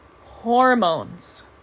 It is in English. hormones